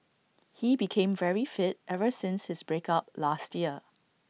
he became very fit ever since his break up last year